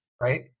right